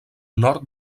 nord